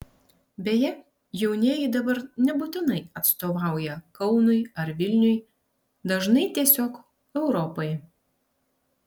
beje jaunieji dabar nebūtinai atstovauja kaunui ar vilniui dažnai tiesiog europai